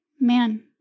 Man